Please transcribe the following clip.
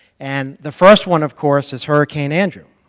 and the first one, of course, is hurricane andrew,